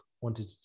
wanted